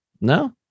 No